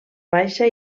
baixa